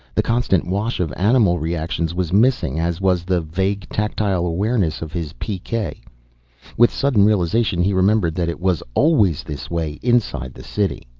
the constant wash of animal reactions was missing, as was the vague tactile awareness of his pk. with sudden realization he remembered that it was always this way inside the city.